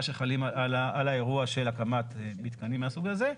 שחלים על האירוע של הקמת מתקנים מהסוג הזה.